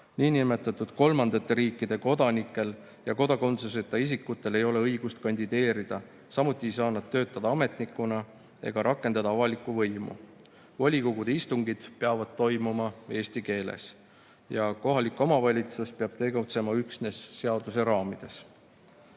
Niinimetatud kolmandate riikide kodanikel ja kodakondsuseta isikutel ei ole õigust kandideerida, samuti ei saa nad töötada ametnikuna ega rakendada avalikku võimu. Volikogude istungid peavad toimuma eesti keeles ja kohalik omavalitsus peab tegutsema üksnes seaduse raamides. Ühes